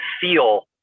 feel